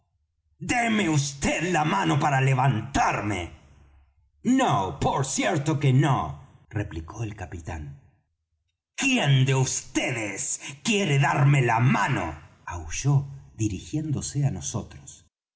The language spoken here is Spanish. déme vd la mano para levantarme no por cierto replicó el capitán quién de vds quiere darme la mano aulló dirigiéndose á nosotros